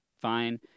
fine